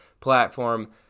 platform